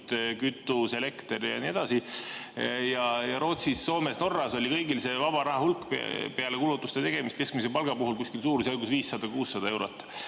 kütus, elekter ja nii edasi. Rootsis, Soomes ja Norras oli kõigil vaba raha hulk peale kulutuste tegemist keskmise palga puhul suurusjärgus 500–600 eurot.